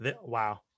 Wow